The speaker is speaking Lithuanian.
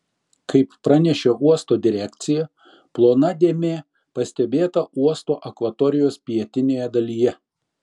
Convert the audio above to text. kaip pranešė uosto direkcija plona dėmė pastebėta uosto akvatorijos pietinėje dalyje